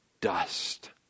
dust